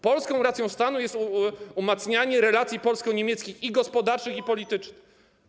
Polską racją stanu jest umacnianie relacji polsko-niemieckich i gospodarczych, i politycznych.